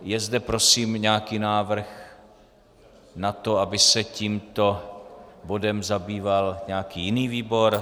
Je zde prosím nějaký návrh na to, aby se tímto bodem zabýval nějaký jiný výbor?